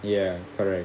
ya correct